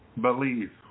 Believe